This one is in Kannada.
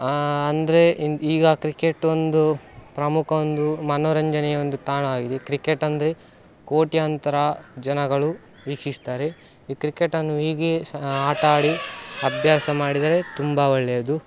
ಅಂದರೆ ಈಗ ಕ್ರಿಕೆಟ್ ಒಂದು ಪ್ರಮುಖ ಒಂದು ಮನೋರಂಜನೆಯ ಒಂದು ತಾಣವಾಗಿದೆ ಕ್ರಿಕೆಟ್ ಅಂದರೆ ಕೋಟ್ಯಾಂತರ ಜನಗಳು ವೀಕ್ಷಿಸ್ತಾರೆ ಈ ಕ್ರಿಕೆಟನ್ನು ಹೀಗೆ ಸಹ ಆಟ ಆಡಿ ಅಭ್ಯಾಸ ಮಾಡಿದರೆ ತುಂಬ ಒಳ್ಳೆಯದು